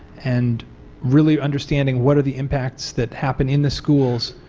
and really understanding what are the impacts that happen in the schools,